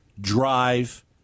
drive